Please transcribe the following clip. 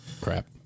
crap